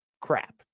crap